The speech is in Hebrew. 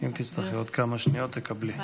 אם תצטרכי עוד כמה שניות, תקבלי.